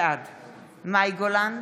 בעד מאי גולן,